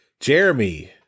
Jeremy